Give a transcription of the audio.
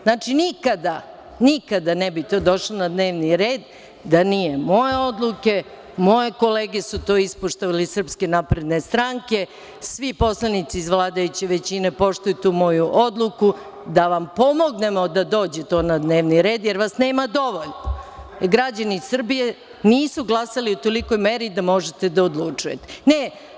Znači, nikada to ne bi došlo na dnevni red da nije moje odluke, moje kolege su to ispoštovale iz SNS, svi poslanici iz vladajuće većine poštuju tu moju odluku da vam pomognemo da dođe to na dnevni red, jer vas nema dovoljno i građani Srbije nisu glasali u tolikoj meri da možete da odlučujete.